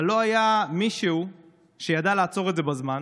אבל לא היה מישהו שידע לעצור את זה בזמן,